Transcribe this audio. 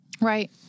right